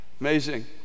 Amazing